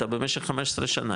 אתה במשך 15 שנה,